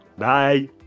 Bye